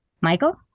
Michael